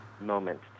moment